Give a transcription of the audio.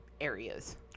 areas